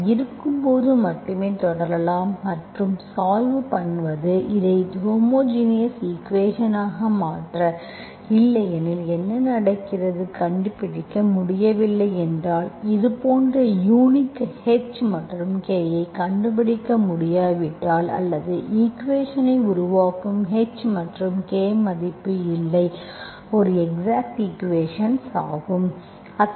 அவை இருக்கும்போது மட்டுமே தொடரலாம் மற்றும் சால்வ் பண்ணுவது இதை ஹோமோஜினியஸ் ஈக்குவேஷன் ஆக மாற்ற இல்லையெனில் என்ன நடக்கிறது கண்டுபிடிக்க முடியவில்லை என்றால் இதுபோன்ற யூனிக் h மற்றும் k ஐ கண்டுபிடிக்க முடியாவிட்டால் அல்லது ஈக்குவேஷன்ஐ உருவாக்கும் h மற்றும் k மதிப்பு இல்லை ஒரு எக்ஸாக்ட் ஈக்குவேஷன் ஆகும்